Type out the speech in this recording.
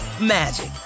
magic